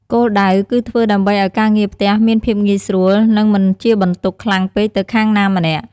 គោលដៅ គឺធ្វើដើម្បីឱ្យការងារផ្ទះមានភាពងាយស្រួល និងមិនជាបន្ទុកខ្លាំងពេកទៅខាងណាម្នាក់។